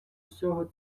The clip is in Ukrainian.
усього